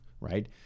right